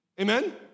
Amen